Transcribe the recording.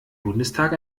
bundestag